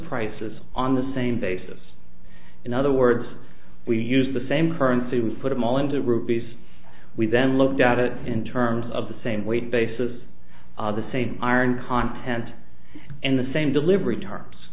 prices on the same basis in other words we use the same currency we put them all into rupees we then looked at it in terms of the same weight bases the same iron content and the same delivery times